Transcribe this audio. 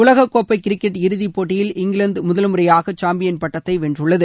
உலகக்கோப்பை கிரிக்கெட் இறுதி போட்டியில் இங்கிலாந்து முதல் முறையாக சாம்பியன் பட்டத்தை வென்றுள்ளது